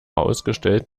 ausgestellt